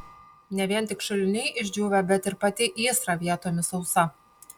ne vien tik šuliniai išdžiūvę bet ir pati įsra vietomis sausa